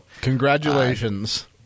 Congratulations